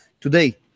today